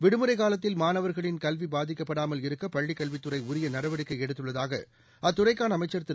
விடுமுறை காலத்தில் மாணவர்களின் கல்வி பாதிக்கப்படாமல் இருக்க பள்ளிக்கல்வித்துறை உரிய நடவடிக்கை எடுத்துள்ளதாக அத்துறைக்கான அமைச்சர் திரு